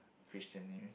Christian name